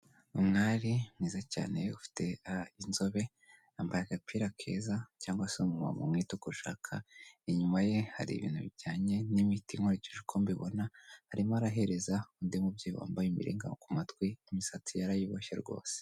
Umwari mwiza cyane iyo ufite inzobe yambaye agapira keza cyangwa se umumama umwite uko ushaka, inyuma ye hari ibintu bijyanye n'imiti nkurikije uko mbibona arimo arahereza undi mubyeyi wambaye imiringa ku matwi, imisatsi yarayiboshye rwose.